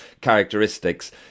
characteristics